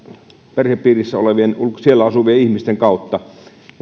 perhepiirissä olevien siellä asuvien ihmisten kautta